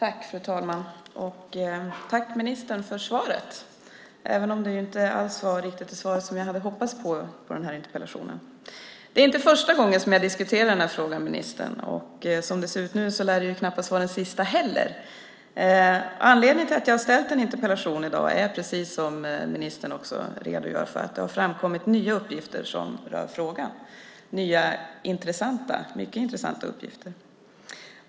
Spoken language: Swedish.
Fru talman! Tack ministern för svaret, även om det inte alls var det svar jag hade hoppats på för den här interpellationen. Det är inte första gången jag diskuterar frågan med ministern. Som det ser ut nu lär det knappast vara den sista gången heller. Anledningen till att jag har ställt en interpellation i dag är, precis som ministern har redogjort för, att det har framkommit nya mycket intressanta uppgifter som rör frågan.